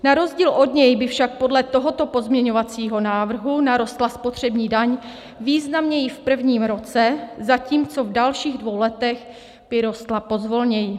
Na rozdíl od něj by však podle tohoto pozměňovacího návrhu narostla spotřební daň významněji v prvním roce, zatímco v dalších dvou letech by rostla pozvolněji.